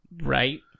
Right